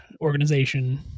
organization